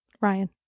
Ryan